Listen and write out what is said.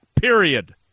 period